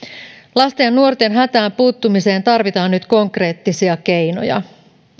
lasten ja nuorten hätään puuttumiseen tarvitaan nyt konkreettisia keinoja